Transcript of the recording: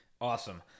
Awesome